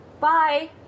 Bye